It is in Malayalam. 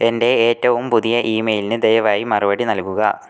എന്റെ ഏറ്റവും പുതിയ ഇമെയിലിന് ദയവായി മറുപടി നൽകുക